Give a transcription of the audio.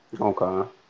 Okay